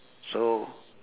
so